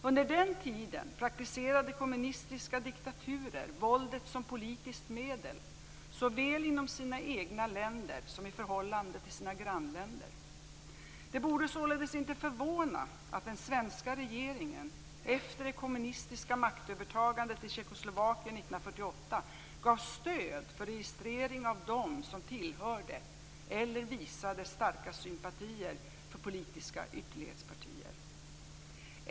Under den tiden praktiserade kommunistiska diktaturer våldet som politiskt medel såväl inom sina egna länder som i förhållande till sina grannländer. Det borde således inte förvåna att den svenska regeringen efter det kommunistiska maktövertagandet i Tjeckoslovakien 1948 gav stöd för registrering av dem som tillhörde eller visade starka sympatier för politiska ytterlighetspartier.